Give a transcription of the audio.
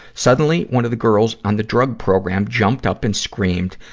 suddenly, one of the girls on the drug program jumped up and screamed,